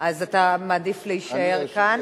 אז אתה מעדיף להישאר כאן?